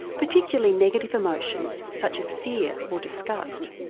particularly negative emotions such as fear or disgust.